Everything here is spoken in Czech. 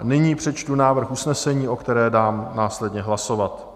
Nyní přečtu návrh usnesení, o kterém dám následně hlasovat: